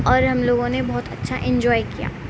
اور ہم لوگوں نے بہت اچھا انجوائے کیا